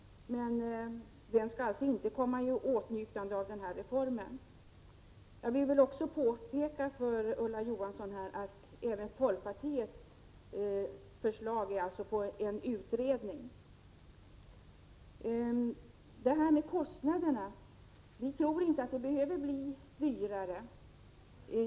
Men den skall inte komma i åtnjutande av denna reform. Jag vill också påpeka för Ulla Johansson att även folkpartiets förslag gäller en utredning. Vi tror inte heller att det behöver bli dyrare.